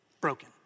broken